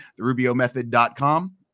therubiomethod.com